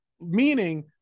Meaning